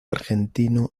argentino